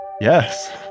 Yes